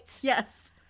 yes